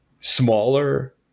smaller